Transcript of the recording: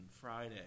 Friday